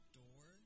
door